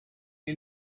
you